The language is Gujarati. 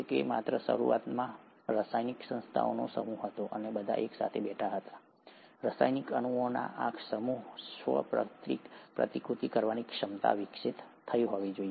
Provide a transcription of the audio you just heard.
તે માત્ર શરૂઆતમાં રાસાયણિક સંસ્થાઓનો સમૂહ હતો બધા એકસાથે બેઠા હતા રાસાયણિક અણુઓના આ સમૂહમાં સ્વ પ્રતિકૃતિ કરવાની ક્ષમતા વિકસિત થઈ હોવી જોઈએ